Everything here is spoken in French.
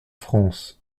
france